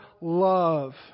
love